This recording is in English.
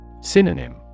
Synonym